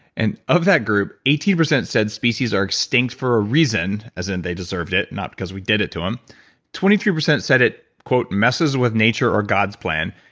and of that group, eighteen percent said species are extinct for a reason, as in they deserved it, not because we did it to them twenty three percent said it, messes with nature or god's plan,